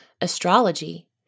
Astrology